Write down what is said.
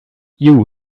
you